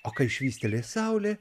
o kai švystelės saulė